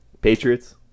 Patriots